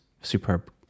superb